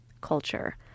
culture